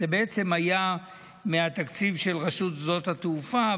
זה בעצם היה מהתקציב של רשות שדות התעופה,